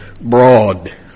broad